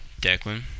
Declan